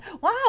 wow